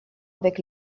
avec